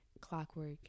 clockwork